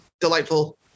delightful